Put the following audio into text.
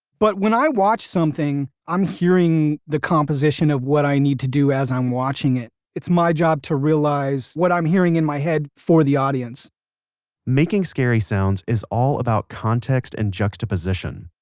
but when i watch something, i'm hearing the composition of what i need to do as i'm watching it. it's my job to realize what i'm hearing in my head, for the audience making scary sounds is all about context and juxtaposition.